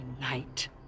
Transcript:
night